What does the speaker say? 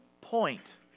point